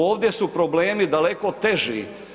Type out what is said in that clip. Ovdje su problemi daleko teži.